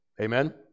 Amen